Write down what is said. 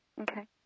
Okay